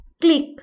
click